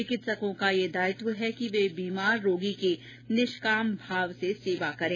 चिकित्सकों का यह दायित्व है कि वे बीमार रोगी की निष्काम भाव से सेवा करें